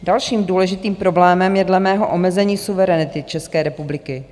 Dalším důležitým problémem je dle mého omezení suverenity České republiky.